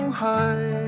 high